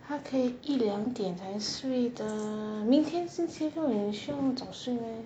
他可以一两点才睡的明天星期六你需要那么早睡 meh